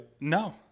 No